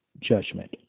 judgment